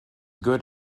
good